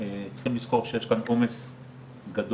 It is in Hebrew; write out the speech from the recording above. להדגיש את סעיף (6)?